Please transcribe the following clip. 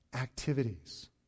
activities